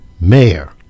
mayor